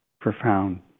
profound